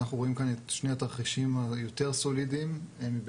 אנחנו רואים כאן את שני התרחישים היותר סולידיים מביניהם,